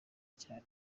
cyane